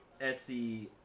Etsy